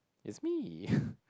it's me